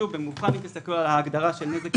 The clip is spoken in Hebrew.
אם תסתכלו על ההגדרות,